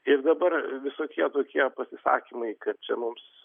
ir dabar visokie tokie pasisakymai kad čia mums